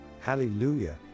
Hallelujah